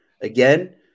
again